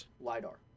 LIDAR